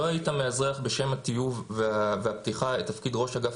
לא היית מאזרח בשם הטיוב והפתיחה את תפקיד ראש אגף